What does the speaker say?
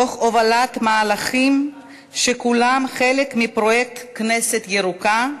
תוך הובלת מהלכים שכולם חלק מפרויקט כנסת ירוקה,